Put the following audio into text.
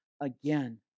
again